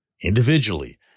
individually